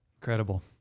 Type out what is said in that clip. Incredible